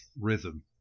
rhythm